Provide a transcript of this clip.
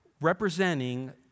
representing